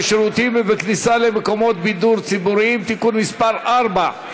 בשירותים ובכניסה למקומות בידור ציבוריים (תיקון מס' 4),